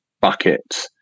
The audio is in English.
bucket